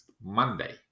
Monday